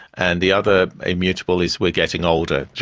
and the other immutable is we are getting older.